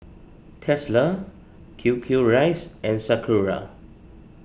Tesla Q Q Rice and Sakura